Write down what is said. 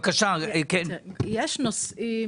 יש נושאים